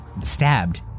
stabbed